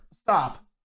stop